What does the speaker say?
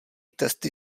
testy